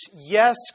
yes